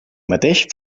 mateix